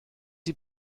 die